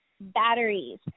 batteries